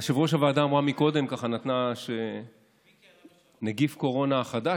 יושבת-ראש הוועדה אמרה קודם "נגיף קורונה החדש",